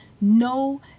No